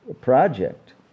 project